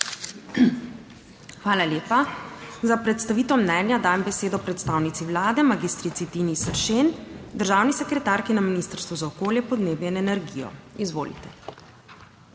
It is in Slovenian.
Hvala lepa. Za predstavitev mnenja dajem besedo predstavnici Vlade, mag. Tini Seršen, državni sekretarki na Ministrstvu za okolje, podnebje in energijo. Izvolite.